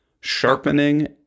Sharpening